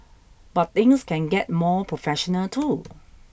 but things can get more professional too